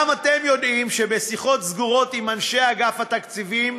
גם אתם יודעים שבשיחות סגורות עם אנשי אגף התקציבים,